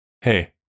hey